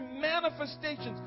manifestations